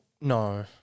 no